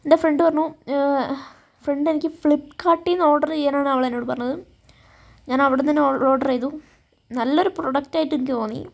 എൻ്റെ ഫ്രണ്ട് പറഞ്ഞു ഫ്രണ്ട് എനിക്ക് ഫ്ലിപ്പ് കാർട്ടീന്ന് ഓർഡർ ചെയ്യാനാണ് അവളെന്നോട് പറഞ്ഞത് ഞാൻ അവിടുന്നന്നെ ഓൾ ഓർഡർ ചെയ്തു നല്ലൊരു പ്രോഡക്റ്റ് ആയിട്ട് എനിക്ക് തോന്നി